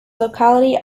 locality